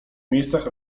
miejscach